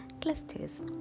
clusters